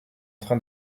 train